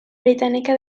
britànica